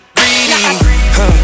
Greedy